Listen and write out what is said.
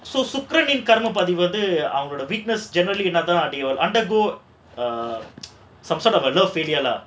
so சுக்கிரனின் கர்ம பதிவு வந்து அவங்களோட:sukiranin karma padhivu vandhu avangaloda witness generally என்னனா:ennanaa undergo err some sort of a love failure lah